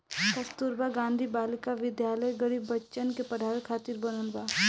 कस्तूरबा गांधी बालिका विद्यालय गरीब बच्चन के पढ़ावे खातिर बनल बा